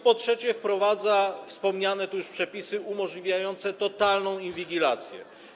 Ponadto wprowadza on wspomniane tu już przepisy umożliwiające totalną inwigilację.